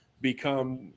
become